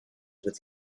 with